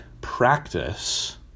practice